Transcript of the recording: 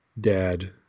dad